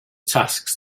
tasks